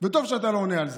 וטוב שאתה לא עונה על זה.